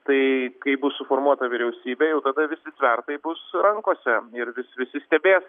tai kai bus suformuota vyriausybė jau tada visi svertai bus rankose ir vis visi stebės